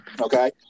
Okay